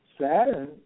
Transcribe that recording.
Saturn